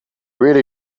really